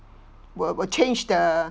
will will change the